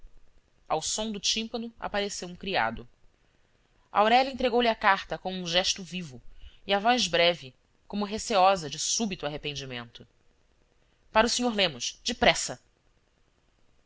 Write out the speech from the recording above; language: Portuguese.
ao som do tímpano apareceu um criado aurélia entregou-lhe a carta com um gesto vivo e a voz breve como receosa de súbito arrependimento para o sr lemos depressa